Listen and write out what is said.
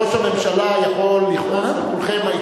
ראש הממשלה יכול לכעוס על כולכם,